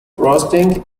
roasting